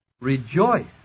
Rejoice